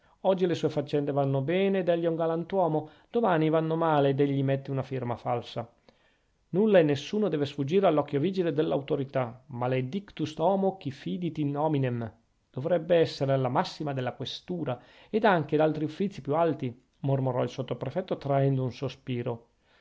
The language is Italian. oggi le sue faccende vanno bene ed egli è un galantuomo domani vanno male ed egli mette una firma falsa nulla e nessuno deve sfuggire all'occhio vigile dell'autorità maledictus homo qui fidit in hominem dovrebb'essere la massima della questura ed anche d'altri uffici più alti mormorò il sottoprefetto traendo un sospiro